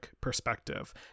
perspective